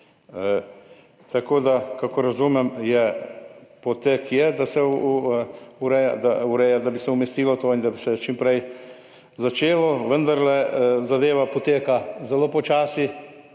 nično. Kakor razumem, potek je tak, da se ureja, da bi se to umestilo in da bi se čim prej začelo, vendarle zadeva poteka zelo počasi.